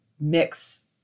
mix